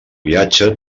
viatge